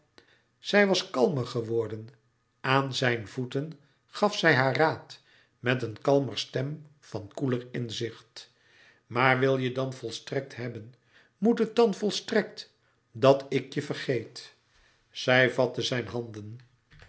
zij was kalmer geworden aan zijn voeten gaf zij haar raad met een kalmer stem van koeler inzicht louis couperus metamorfoze maar wil je dan volstrekt hebben moet het dan volstrekt dat ik je vergeet zij vatte zijn handen